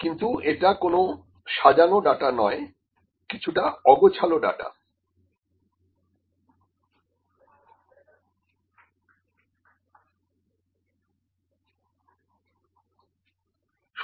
কিন্তু এটা কোন সাজানো ডাটা নয় কিছুটা অগোছালো ডাটা